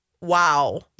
Wow